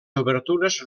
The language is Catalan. obertures